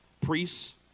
priests